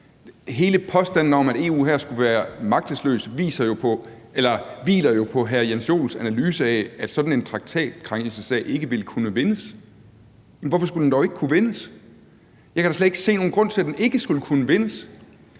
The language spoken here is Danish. Hele påstanden om, at EU her skulle være magtesløs, hviler jo på hr. Jens Joels analyse af, at sådan en traktatkrænkelsessag ikke vil kunne vindes. Hvorfor skulle den dog ikke kunne vindes? Jeg kan da slet ikke se nogen grund til, at den ikke skulle kunne vindes.